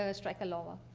ah strekalova.